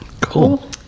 cool